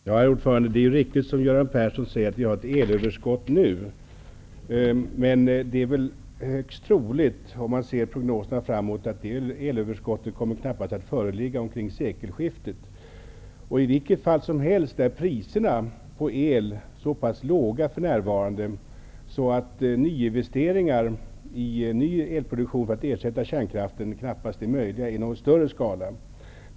Herr talman! Det är riktigt att vi har ett elöverskott nu. Om man studerar prognoserna för framtiden finner man att det knappast är troligt att det kommer att föreligga ett sådant elöverskott vid sekelskiftet. I vilket fall som helst är priserna på el så pass låga för närvarande att investeringar i ny elproduktion för att ersätta kärnkraften knappast är möjliga i någon större skala.